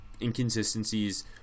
inconsistencies